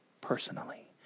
personally